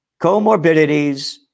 comorbidities